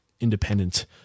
independent